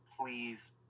please